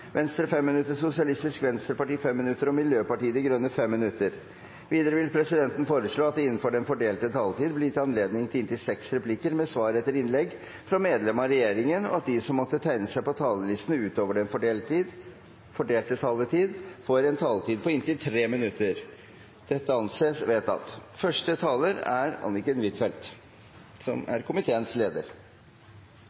Venstre 5 minutter, Sosialistisk Venstreparti 5 minutter og Miljøpartiet De Grønne 5 minutter. Videre vil presidenten foreslå at det blir gitt anledning til replikkordskifte på inntil seks replikker med svar etter innlegg fra medlem av regjeringen innenfor den fordelte taletid, og at de som måtte tegne seg på talerlisten utover den fordelte taletid, får en taletid på inntil 3 minutter. – Det anses vedtatt.